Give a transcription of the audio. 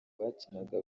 bakinaga